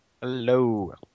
hello